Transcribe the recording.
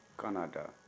Canada